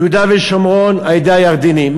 יהודה ושומרון, על-ידי הירדנים.